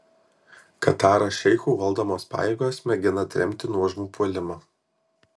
kataro šeichų valdomos pajėgos mėgina atremti nuožmų puolimą